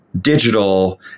digital